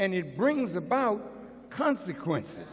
and it brings about consequences